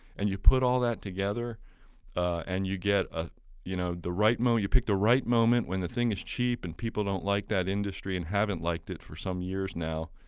and you put all that together and you get ah you know the right you pick the right moment when the thing is cheap and people don't like that industry and haven't liked it for some years now,